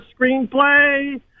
screenplay